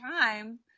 time